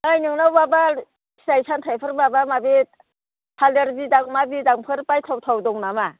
ओइ नोंनाव माबा फिथाइ सामथाइफोर माबा माबि थालिर बिदां मा बिदांफोर बायथाव थाव दं नामा